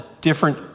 different